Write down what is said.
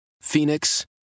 Phoenix